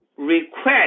request